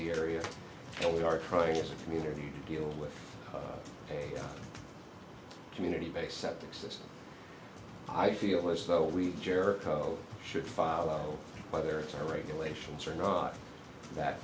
the area so we are trying as a community deal with a community based septic system i feel as though we jericho should follow whether it's our regulations or not that